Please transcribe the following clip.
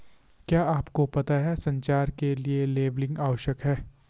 क्या आपको पता है संचार के लिए लेबलिंग आवश्यक है?